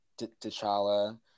T'Challa